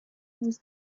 was